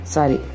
Sorry